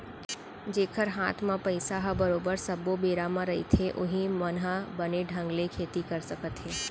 जेखर हात म पइसा ह बरोबर सब्बो बेरा म रहिथे उहीं मन ह बने ढंग ले खेती कर सकत हे